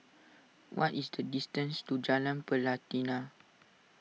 what is the distance to Jalan Pelatina